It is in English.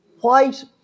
white